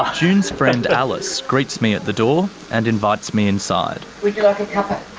ah june's friend alice greets me at the door and invites me inside. would you like a cuppa?